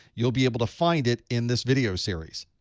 you'll be able to find it in this video series.